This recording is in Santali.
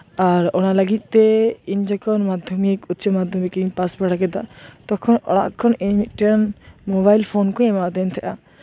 ᱟᱨ ᱚᱱᱟ ᱞᱟᱹᱜᱤᱛ ᱛᱮ ᱤᱧ ᱡᱚᱠᱷᱚᱱ ᱢᱟᱫᱽᱫᱷᱚᱢᱤᱠ ᱩᱪᱪᱚ ᱢᱟᱫᱽᱫᱷᱚᱢᱤᱠ ᱤᱧ ᱯᱟᱥ ᱵᱟᱲᱟ ᱠᱮᱫᱟ ᱛᱚᱠᱷᱚᱱ ᱚᱲᱟᱜ ᱠᱷᱚᱱ ᱤᱧ ᱢᱤᱫᱴᱮᱱ ᱢᱳᱵᱟᱭᱤᱞ ᱯᱷᱳᱱ ᱠᱚ ᱮᱢᱟ ᱟᱫᱤᱧ ᱛᱟᱦᱮᱸᱱᱟ